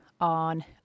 on